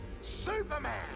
Superman